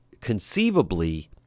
conceivably